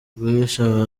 guhisha